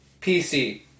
PC